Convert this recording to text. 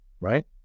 right